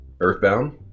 Earthbound